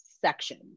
section